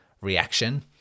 reaction